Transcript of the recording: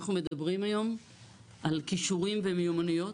אנחנו מדברים היום על כישורים ומיומנויות,